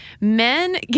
men